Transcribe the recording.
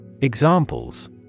Examples